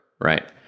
right